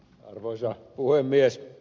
arvoisa puhemies